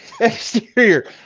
Exterior